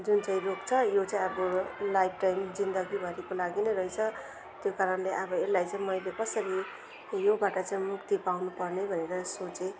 जुन चाहिँ रोग छ यो चाहिँ अब लाइफटाइम जिन्दगीभरिको लागि नै रहेछ त्यो कारणले अब यसलाई चाहिँ मैले कसरी योबाट चाहिँ मुक्ति पाउनुपर्ने भनेर सोचेँ